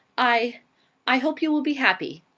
i i hope you will be happy.